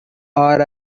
are